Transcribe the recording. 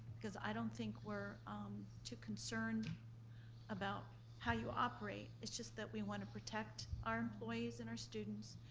because i don't think we're too concerned about how you operate, it's just that we want to protect our employees and our students,